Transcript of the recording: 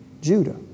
Judah